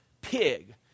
pig